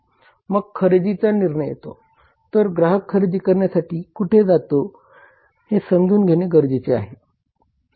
मग खरेदीचा निर्णय येतो तर ग्राहक खरेदी करण्यासाठी कुठे जातो हे समजून घेणे गरजेचे आहे